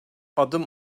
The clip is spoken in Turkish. adım